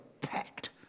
packed